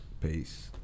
peace